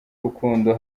urukundo